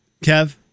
Kev